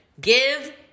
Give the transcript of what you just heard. Give